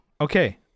okay